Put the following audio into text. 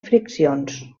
friccions